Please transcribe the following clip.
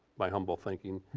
by humble thinking,